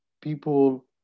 people